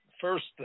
first